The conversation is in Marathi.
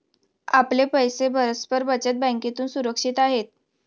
आपले पैसे परस्पर बचत बँकेत सुरक्षित आहेत